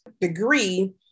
degree